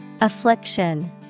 Affliction